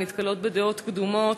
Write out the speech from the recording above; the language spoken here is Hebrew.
נתקלות בדעות קדומות,